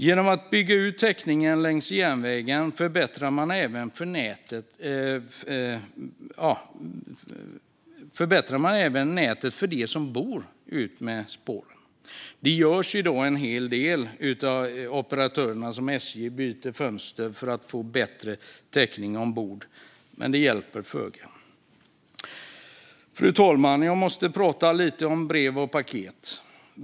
Genom att bygga ut täckningen längs järnvägen förbättrar man även nätet för dem som bor längs med spåren. Operatörerna gör en hel del i dag. Till exempel byter SJ fönster för att få bättre täckning ombord, men det hjälper föga. Fru talman! Jag måste också tala lite om brev och paket.